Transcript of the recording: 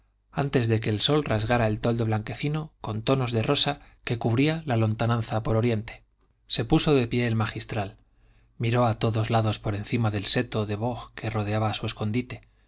antes de que el sol rasgara el toldo blanquecino con tonos de rosa que cubría la lontananza por oriente se puso de pie el magistral miró a todos lados por encima del seto de boj que rodeaba su escondite